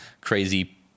crazy